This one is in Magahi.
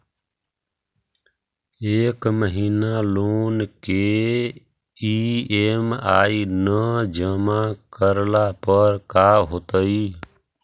एक महिना लोन के ई.एम.आई न जमा करला पर का होतइ?